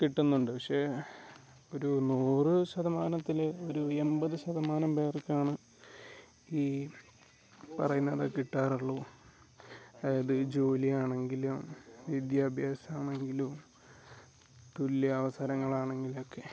കിട്ടുന്നുണ്ട് പ ക്ഷെ ഒരു നൂറ് ശതമാനത്തിൽ ഒരു എൺപത് ശതമാനം പേർക്കാണ് ഈ പറയുന്നത് കിട്ടാറുള്ളൂ അതായത് ജോലിയാണ് എങ്കിലും വിദ്യാഭ്യാസമാണെങ്കിലും തുല്യ അവസരങ്ങൾ ആണെങ്കിലുമൊക്കെ